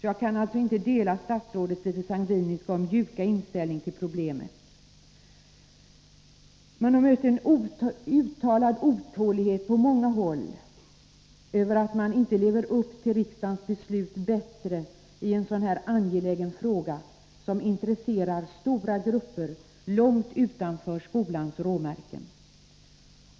Jag kan alltså inte dela statsrådets litet sangviniska och mjuka inställning till problemet. Jag har mött en uttalad otålighet på många håll över att man inte lever upp till riksdagens beslut bättre i en sådan här angelägen fråga, som intresserar stora grupper långt utanför skolans råmärken.